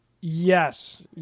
Yes